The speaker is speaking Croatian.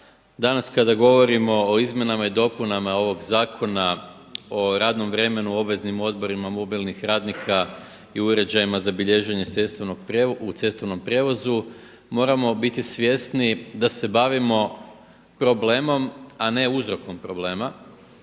Danas kada govorimo o Izmjenama i dopunama ovog Zakona o radnom vremenu, o obveznim odmorima mobilnih radnika i uređajima za bilježenje u cestovnom prijevozu moramo biti svjesni da se bavimo problemom a ne uzrokom problema.